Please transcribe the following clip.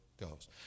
goes